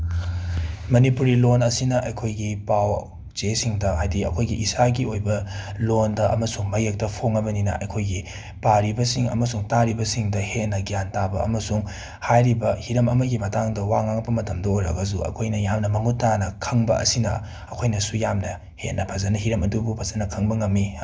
ꯃꯅꯤꯄꯨꯔꯤ ꯂꯣꯜ ꯑꯁꯤꯅ ꯑꯩꯈꯣꯏꯒꯤ ꯄꯥꯎ ꯆꯦꯁꯤꯡꯗ ꯍꯥꯏꯗꯤ ꯑꯩꯈꯣꯏꯒꯤ ꯏꯁꯥꯒꯤ ꯑꯣꯏꯕ ꯂꯣꯜꯗ ꯑꯃꯁꯨꯡ ꯃꯌꯦꯛꯇ ꯐꯣꯡꯉꯕꯅꯤꯅ ꯑꯩꯈꯣꯏꯒꯤ ꯄꯥꯔꯤꯕꯁꯤꯡ ꯑꯃꯁꯨꯡ ꯇꯥꯔꯤꯕꯁꯤꯡꯗ ꯍꯦꯟꯅ ꯒ꯭ꯌꯥꯟ ꯇꯥꯕ ꯑꯃꯁꯨꯡ ꯍꯥꯏꯔꯤꯕ ꯍꯤꯔꯝ ꯑꯃꯒꯤ ꯃꯇꯥꯡꯗ ꯋꯥ ꯉꯥꯡꯉꯛꯄ ꯃꯇꯝꯗ ꯑꯣꯏꯔꯒꯁꯨ ꯑꯩꯈꯣꯏꯅ ꯌꯥꯝꯅ ꯃꯃꯨꯠ ꯇꯥꯅ ꯈꯪꯕ ꯑꯁꯤꯅ ꯑꯩꯈꯣꯏꯅꯁꯨ ꯌꯥꯝꯅ ꯍꯦꯟꯅ ꯐꯖꯅ ꯍꯤꯔꯝ ꯑꯗꯨꯕꯨ ꯐꯖꯅ ꯈꯪꯕ ꯉꯝꯃꯤ